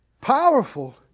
Powerful